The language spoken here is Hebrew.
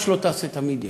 מה שלא תעשה, תמיד יש.